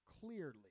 clearly